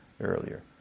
earlier